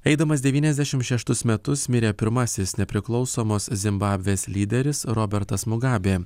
eidamas devyniasdešimt šeštus metus mirė pirmasis nepriklausomos zimbabvės lyderis robertas mugabė